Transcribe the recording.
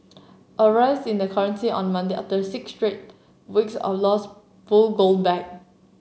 a rise in the currency on Monday after six straight weeks of loss pulled gold back